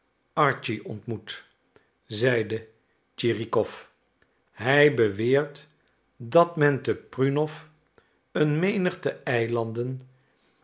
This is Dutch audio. archi ontmoet zeide tschirikow hij beweert dat men te prudnow een menigte eilanden